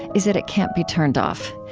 is that it can't be turned off.